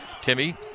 Timmy